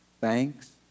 thanks